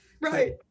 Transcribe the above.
Right